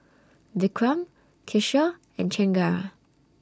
Vikram Kishore and Chengara